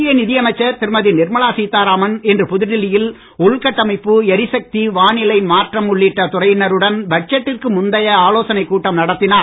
மத்திய நிதி அமைச்சர் திருமதி நிர்மலா சீதாராமன் இன்று புதுடில்லியில் உள்கட்டமைப்பு எரிசக்தி வானிலை மாற்றம் உள்ளிட்ட துறையினருடன் பட்ஜெட்டிற்கு முந்தைய ஆலோசனைக் கூட்டம் நடத்தினார்